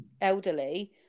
elderly